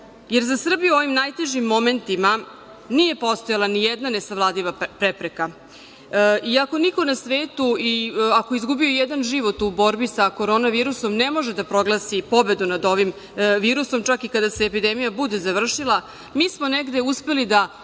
jer za Srbiju u ovim najtežim momentima nije postojala nijedna nesavladiva prepreka. I ako niko na svetu, iako je izgubio i jedan život u borbi sa Korona virusom ne može da proglasi pobedu nad ovim virusom, čak i kada se epidemija bude završila mi smo negde uspeli da